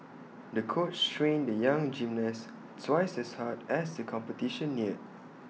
the coach trained the young gymnast twice as hard as the competition neared